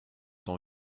dans